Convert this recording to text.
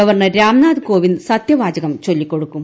governor Ramnath Kovind സത്യവാചകം ചൊല്ലിക്കൊടുക്കും